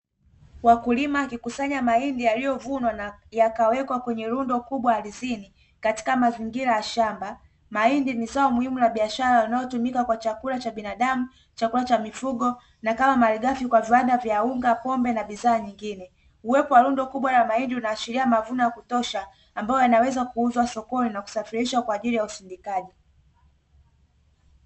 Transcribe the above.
Wakulima wakikusanya mahindi yaliyovunwa na yakawekwa kwenye rundo kubwa ardhini katika mazingira ya shamba, Mahindi ni zao muhimu la biashara linalotumika kwa chakula cha binadamu chakula cha mifugo na kama malighafi ya viwanda vya unga pombe na bidhaa nyengine, Uwepo wa rundo kubwa la mahindi unaashiria mavuno ya kutosha ambayo yanaweza kuuzwa sokoni na kusafirishwa kwa ajili ya usindikaji.